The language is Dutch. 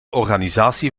organisatie